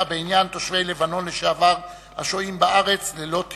בעניין תושבי לבנון לשעבר השוהים בארץ ללא תיעוד.